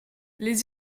les